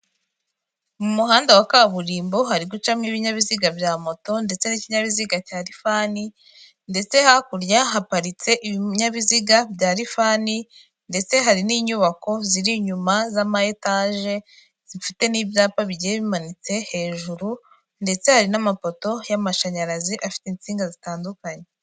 Mu muhanda wa kaburimbo, hari gucamo ibinyabiziga bya moto, ndetse n'ikinyabiziga cya Lifani, ndetse hakurya haparitse ibinyabiziga bya Lifani, ndetse hari n'inyubako ziri inyuma z'ama etaje zifite n'ibyapa bigiye bimanitse hejuru, ndetse hari n'amapoto y'amashanyarazi afite insinga zitandukanye.